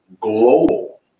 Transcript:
global